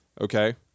okay